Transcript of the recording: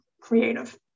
creative